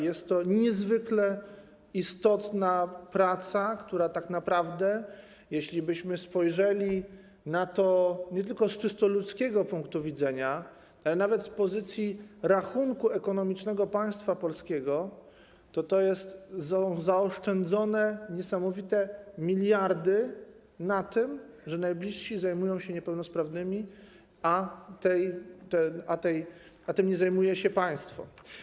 Jest to niezwykle istotna praca, która tak naprawdę, jeśli byśmy spojrzeli na to nie tylko z czysto ludzkiego punktu widzenia, ale nawet z pozycji rachunku ekonomicznego państwa polskiego, to są to zaoszczędzone niesamowite miliardy na tym, że najbliżsi zajmują się niepełnosprawnymi, a nie zajmuje się tym państwo.